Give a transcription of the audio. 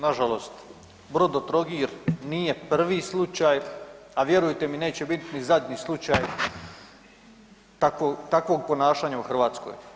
Nažalost Brodotrogir nije prvi slučaj, a vjerujte mi, neće biti ni zadnji slučaj takvog ponašanja u Hrvatskoj.